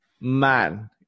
man